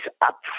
up